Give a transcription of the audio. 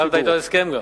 חתמת אתו על הסכם.